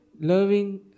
loving